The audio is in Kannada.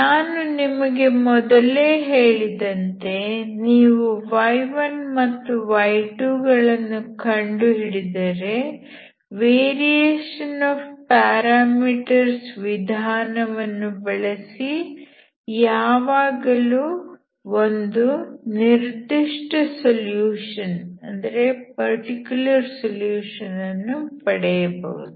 ನಾನು ನಿಮಗೆ ಮೊದಲೇ ಹೇಳಿದಂತೆ ನೀವು y1 ಮತ್ತು y2 ಗಳನ್ನು ಕಂಡುಹಿಡಿದರೆ ವೇರಿಯೇಷನ್ ಆಫ್ ಪ್ಯಾರಾಮೀಟರ್ಸ್ ವಿಧಾನವನ್ನು ಬಳಸಿ ಯಾವಾಗಲೂ ಒಂದು ನಿರ್ದಿಷ್ಟ ಸೊಲ್ಯೂಷನ್ ಅನ್ನು ಪಡೆಯಬಹುದು